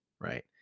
Right